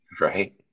Right